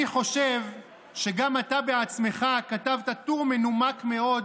אני חושב שגם אתה בעצמך כתבת טור מנומק מאוד